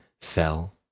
fell